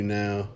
now